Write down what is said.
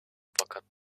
fakat